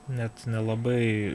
net nelabai